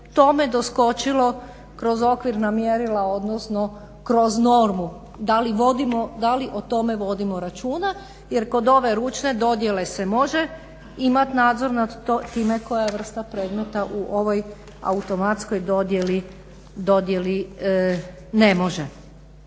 tome doskočilo kroz okvirna mjerila odnosno kroz normu, da li o tome vodimo računa jer kod ove ručne dodjele se može imat nadzor nad time koja vrsta predmeta u ovoj automatskoj dodjeli ne može.